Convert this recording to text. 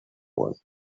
was